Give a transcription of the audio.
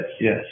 Yes